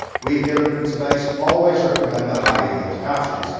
we here at printerbase always recommend the higher yield cartridges,